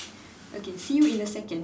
okay see you in a second